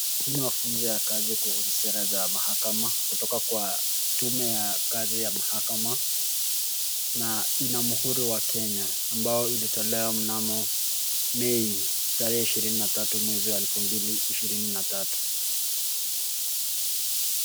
Hii mafunzo ya kazi kuhusu sera za mahakama kutoka kwa tume ya kazi ya mahakama na ina muhuri wa Kenya ambao ilitolewa mnamo Mei tarehe ishirini na tatu mwaka wa 2023.